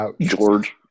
George